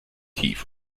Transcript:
tief